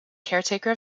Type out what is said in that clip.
caretaker